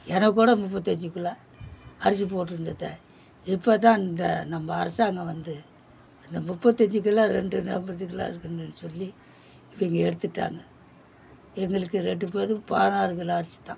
எனக்கு கூட முப்பத்தஞ்சி கிலோ அரிசி போட்டுருந்துது இப்போ தான் இந்த நம்ம அரசாங்கம் வந்து அந்த முப்பத்தஞ்சி கிலோ ரெண்டு நபருக்குலாம் இருக்குதுன்னு சொல்லி இப்போ இங்கே எடுத்துட்டாங்க எங்களுக்கு ரெண்டு பேருக்கு பதினாறு கிலோ அரிசி தான்